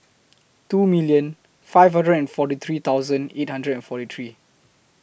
two million five hundred and forty three thousand eight hundred and forty three